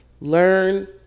Learn